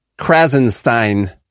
Krasenstein